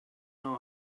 know